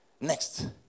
Next